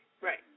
Right